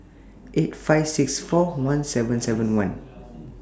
eight five six four one seven seven one